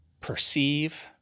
perceive